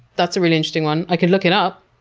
that's a really interesting one. i could look it up.